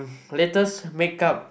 latest make up